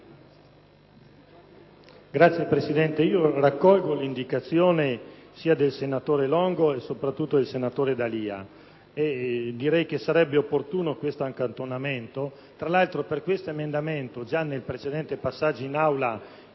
Signor Presidente, raccolgo le indicazioni, sia del senatore Longo sia, soprattutto, del senatore D'Alia. Sarebbe opportuno questo accantonamento. Tra l'altro per questo emendamento già nel precedente passaggio in Aula